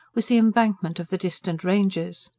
was the embankment of the distant ranges.